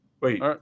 Wait